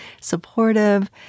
supportive